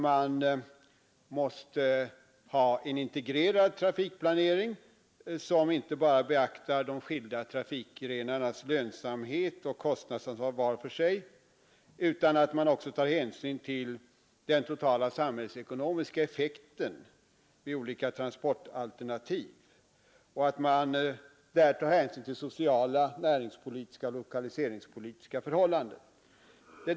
Man måste nämligen ha en integrerad trafikplanering, som inte bara beaktar de skilda trafikgrenarnas lönsamhet och kostnader var för sig utan också tar hänsyn till den totala samhällsekonomiska effekten vid olika transportalternativ. Man måste ta hänsyn till sociala, näringspoli 47 tiska och lokaliseringspolitiska förhållanden.